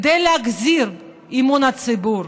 כדי להחזיר את אמון הציבור,